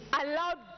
allowed